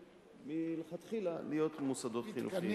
מלכתחילה להיות מוסדות חינוכיים.